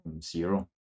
zero